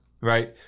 right